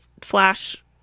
flash